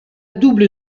double